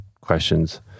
questions